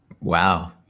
Wow